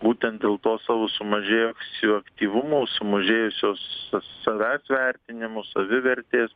būtent dėl to savo sumažėjusio aktyvumo sumažėjusiosios savęs vertinimu savivertės